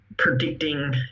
predicting